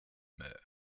moeurs